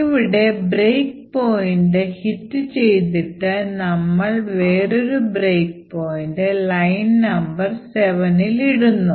ഇവിടെ break point hit ചെയ്തിട്ട് നമ്മൾ വേറൊരു break point ലൈൻ നമ്പർ 7 ഇടുന്നു